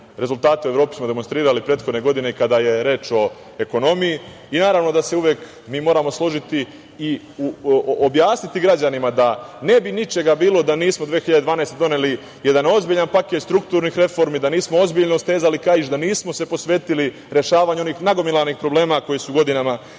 rezultate u Evropi smo demonstrirali prethodne godine, kada je reč o ekonomiji. Naravno da se uvek mi moramo složiti i objasniti građanima da ne bi ničega bilo da nismo 2012. godine doneli jedan ozbiljan paket strukturnih reformi, da nismo ozbiljno stezali kaiš, da nismo se posvetili rešavanju onih nagomilanih problema koji su godinama bili